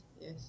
yes